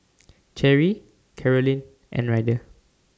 Cherry Carolyne and Ryder